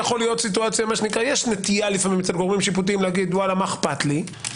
יש נטייה אצל גורמים שיפוטיים להגיד: מה אכפת לי?